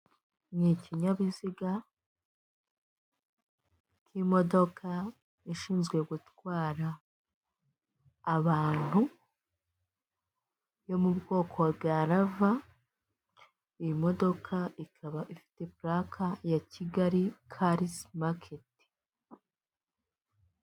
Ni ikinyabiziga k'imodoka ishinzwe gutwara abantu yo mu bwoko bwa lava iyi modoka ikaba ifite plaque ya kigali karizi maketi.